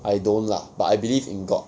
I don't lah but I believe in god